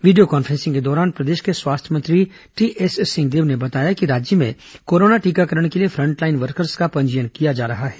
video conferencing के दौरान प्रदेश के स्वास्थ्य मंत्री टीएस सिंहदेव ने बताया कि राज्य में कोरोना टीकाकरण के लिए फ्रंटलाइन वर्कर्स का पंजीयन किया जा रहा है